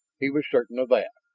he was certain of that.